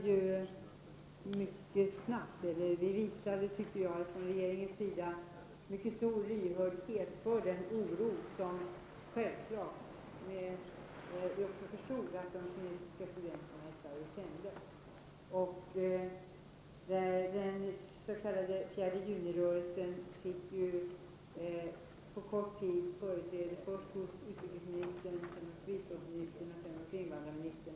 Regeringen visade, tycker jag, mycket stor lyhördhet för den oro som vi förstod att de kinesiska studenterna i Sverige kände. Den s.k. 4 juni-rörelsen fick på kort tid företräde först hos utrikesministern, sedan hos biståndsministern och även hos invandrarministern.